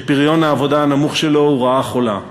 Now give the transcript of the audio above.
שפריון העבודה הנמוך שלו הוא רעה חולה,